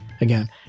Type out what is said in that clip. Again